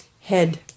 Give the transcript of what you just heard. head